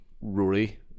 Rory